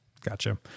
Gotcha